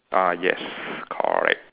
uh yes correct